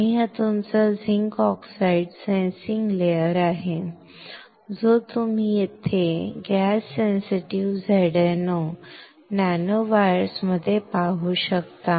आणि हा तुमचा झिंक ऑक्साईड सेन्सिंग लेयर आहे जो तुम्ही येथे गॅस सेन्सिटिव्ह ZnO नॅनोवायर्स मध्ये पाहू शकता